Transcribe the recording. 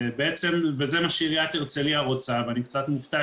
וזה מה שעירית הרצליה רוצה ואני קצת מופתע